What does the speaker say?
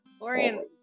Lorian